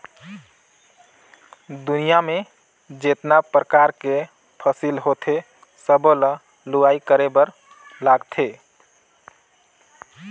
दुनियां में जेतना परकार के फसिल होथे सबो ल लूवाई करे बर लागथे